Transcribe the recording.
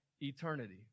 eternity